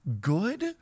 Good